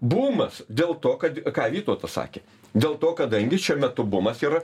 bumas dėl to kad ką vytautas sakė dėl to kadangi šiuo metu bumas yra